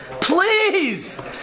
please